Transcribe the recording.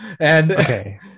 Okay